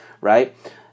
right